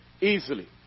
Easily